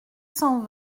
cent